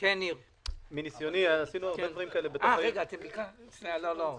מניסיוני, עשינו --- רק שנייה,